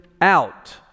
out